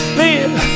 Live